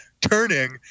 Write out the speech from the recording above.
turning